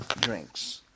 drinks